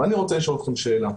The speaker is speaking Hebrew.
אבל אני רוצה לשאול אתכם שאלה,